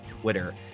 Twitter